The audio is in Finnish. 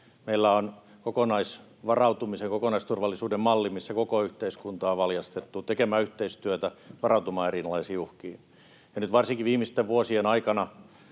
Meillä on kokonaisvarautumisen ja kokonaisturvallisuuden malli, missä koko yhteiskunta on valjastettu tekemään yhteistyötä, varautumaan erilaisiin uhkiin. Nyt varsinkin viimeisten vuosien aikana